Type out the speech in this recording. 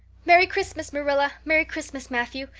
merry christmas, marilla! merry christmas, matthew!